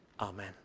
Amen